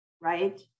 right